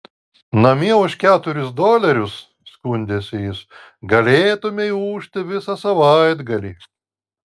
namie už keturis dolerius skundėsi jis galėtumei ūžti visą savaitgalį